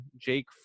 Jake